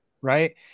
right